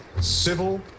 civil